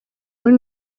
muri